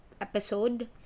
episode